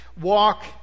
walk